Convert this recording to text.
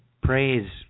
praise